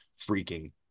freaking